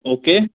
okay